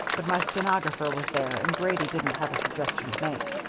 but my stenographer was there and grady didn't have a suggestion to make.